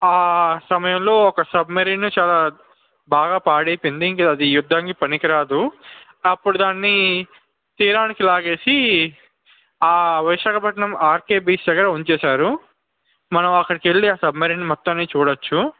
ఆ సమయంలో ఒక సబ్మరీన్ చాలా బాగా పాడైపోయింది ఇంకా అది ఈ యుద్ధానికి పనికిరాదు అప్పుడు దాన్ని తీరానికి లాగేసి ఆ విశాఖపట్నం ఆర్కే బీచ్ దగ్గర ఉంచేసారు మనం అక్కడికి వెళ్ళి ఆ సబ్మరీన్ మొత్తాన్ని చూడవచ్చు